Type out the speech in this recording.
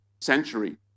century